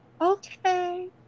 Okay